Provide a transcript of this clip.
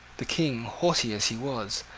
the king, haughty as he was,